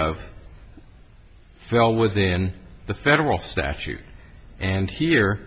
of well within the federal statute and here